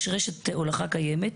יש רשת הולכה קיימת,